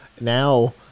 now